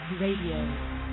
Radio